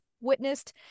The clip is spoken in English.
witnessed